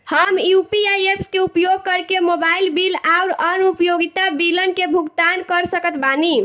हम UPI apps के उपयोग करके मोबाइल बिल आउर अन्य उपयोगिता बिलन के भुगतान कर सकत बानी